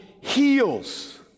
heals